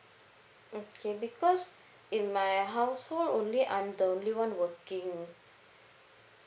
okay because in my household only I'm the only one working